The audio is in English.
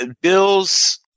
Bill's